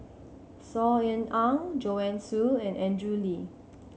Saw Ean Ang Joanne Soo and Andrew Lee